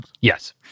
Yes